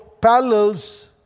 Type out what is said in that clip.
parallels